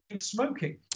smoking